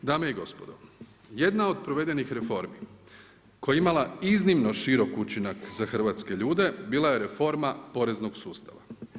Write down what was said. Dame i gospodo, jedna od provedenih reformi koja je imala iznimno širok učinak za hrvatske ljude bila je reforma poreznog sustava.